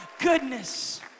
goodness